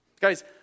Guys